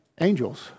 angels